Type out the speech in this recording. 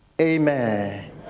Amen